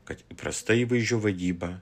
kad prasta įvaizdžio vadyba